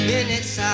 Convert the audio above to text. Minutes